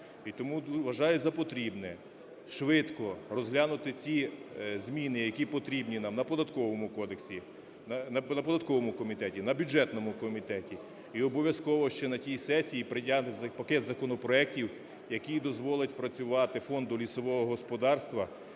тому вважаю за потрібне швидко розглянути ці зміни, які потрібні нам на Податковому кодексі… на податковому комітеті, на бюджетному комітеті. І обов'язково ще на тій сесії прийняти пакет законопроектів, який дозволить працювати Фонду лісового господарства,